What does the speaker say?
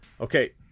Okay